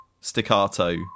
staccato